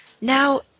Now